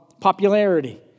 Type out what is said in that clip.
popularity